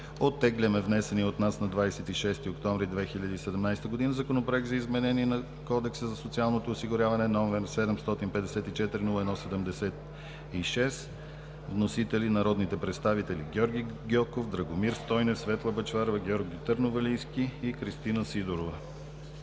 оттегляме внесения от нас на 26 октомври 2017 г. Законопроект за изменение на Кодекса за социалното осигуряване, № 754-01-76, с вносители народните представители Георги Гьоков, Драгомир Стойнев, Светла Бъчварова, Георги Търновалийски и Кристина Сидерова.